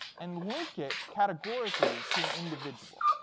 and link it categorically to an individual.